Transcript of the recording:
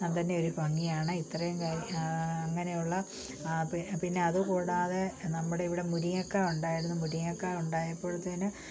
കാണാൻ തന്നെ ഒരു ഭംഗിയാണ് ഇത്രയും അങ്ങനെയുള്ള പിന്നെ അത് കൂടാതെ നമ്മുടെ ഇവിടെ മുരിങ്ങക്കായ ഉണ്ടായിരുന്നു മുരിങ്ങക്കായ ഉണ്ടായപ്പോഴത്തേക്ക്